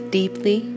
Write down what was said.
deeply